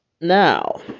Now